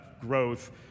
growth